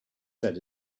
said